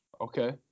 Okay